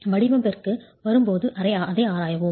வடிவமைப்பிற்கு வரும்போது அதை ஆராய்வோம்